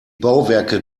bauwerke